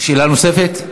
שאלה נוספת,